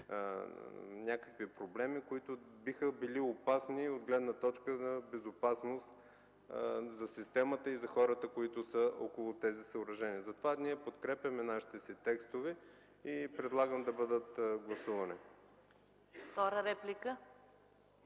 някакви проблеми, които биха били опасни от гледна точка на безопасност за системата и за хората, които са около тези съоръжения. Затова подкрепяме нашите текстове и предлагам да бъдат гласувани.